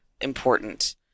important